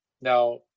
now